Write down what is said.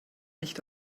nicht